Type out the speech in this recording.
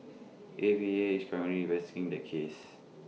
A V A is currently investing the case